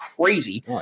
crazy